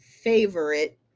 favorite